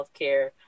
healthcare